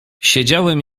siedziałem